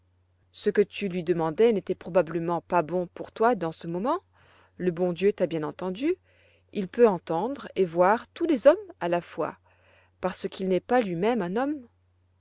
ce que tu lui demandais n'était probablement pas bon pour toi dans ce moment le bon dieu t'a bien entendue il peut entendre et voir tous les hommes à la fois parce qu'il n'est pas lui-même un homme